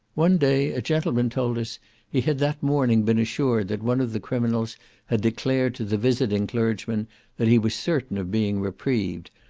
one day a gentleman told us he had that morning been assured that one of the criminals had declared to the visiting clergyman that he was certain of being reprieved,